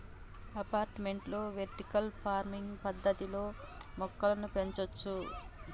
అపార్టుమెంట్లలో vertical farming పద్దతిలో మొక్కలను పెంచొచ్చు